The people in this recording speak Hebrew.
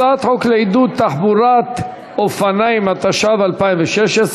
הצעת חוק לעידוד תחבורת אופניים, התשע"ו 2016,